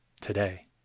today